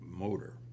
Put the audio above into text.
Motor